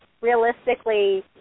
realistically